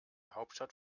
hauptstadt